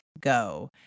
go